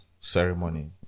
ceremony